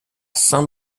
saint